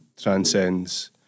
transcends